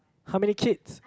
how many kids